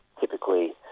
Typically